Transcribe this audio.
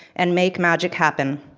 and make magic happen.